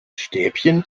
stäbchen